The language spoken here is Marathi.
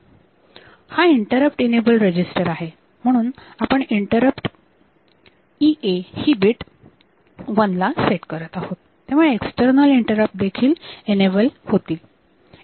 हा इंटरप्ट ईनेबल रेजिस्टर आहे म्हणून आपण इंटरप्ट EA ही बीट 1 ला सेट करत आहोत त्यामुळे एक्स्टर्नल इंटरप्ट देखील ईनेबल होतील